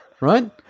right